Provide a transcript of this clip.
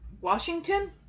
Washington